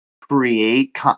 create